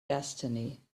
destiny